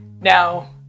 now